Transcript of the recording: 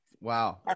Wow